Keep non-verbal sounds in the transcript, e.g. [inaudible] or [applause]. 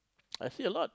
[noise] I see a lot